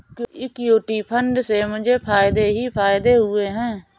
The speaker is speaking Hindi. इक्विटी फंड से मुझे फ़ायदे ही फ़ायदे हुए हैं